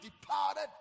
departed